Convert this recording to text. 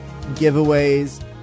giveaways